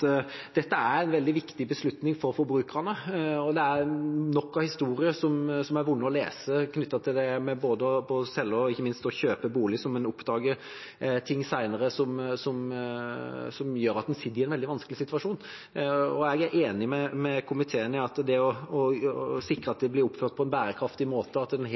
dette er en veldig viktig beslutning for forbrukerne. Det er nok av historier som er vonde å lese, knyttet både til det å selge og ikke minst til å kjøpe bolig når en oppdager ting senere som gjør at en kommer i en veldig vanskelig situasjon. Jeg er enig med komiteen i at det å sikre at boligen blir oppført på en bærekraftig måte, og at